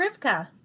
Rivka